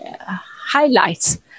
highlights